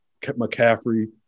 McCaffrey